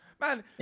Man